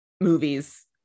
movies